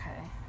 Okay